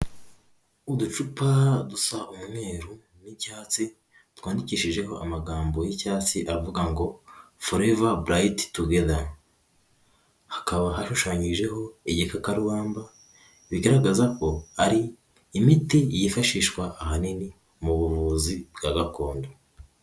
Uducupa dusa umweru n'icyatsi twandikishijeho amagambo y'icyatsi avuga ngo "foreva burayiti tugeda". Hakaba hashushanyijeho igikakarubamba bigaragaza ko ari imiti yifashishwa ahanini mu buvuzi bwa gakondo.